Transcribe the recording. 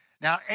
Now